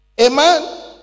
Amen